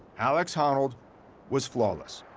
alex honnold was flawless.